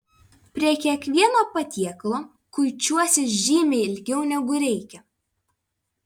prie kiekvieno patiekalo kuičiuosi žymiai ilgiau negu reikia